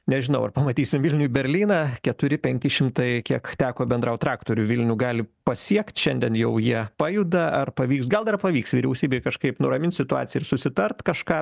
nežinau ar pamatysim vilniuj berlyną keturi penki šimtai kiek teko bendraut traktorių vilnių gali pasiekt šiandien jau jie pajuda ar pavyks gal dar pavyks vyriausybei kažkaip nuramint situaciją ir susitart kažką